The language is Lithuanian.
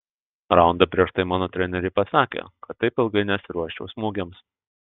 raundą prieš tai mano treneriai pasakė kad taip ilgai nesiruoščiau smūgiams